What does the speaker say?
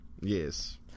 yes